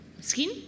skin